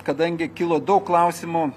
kadangi kilo daug klausimų